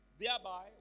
Thereby